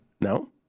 No